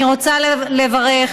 אני רוצה לברך,